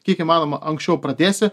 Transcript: kiek įmanoma anksčiau pradėsi